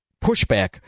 pushback